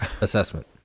assessment